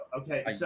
Okay